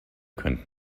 können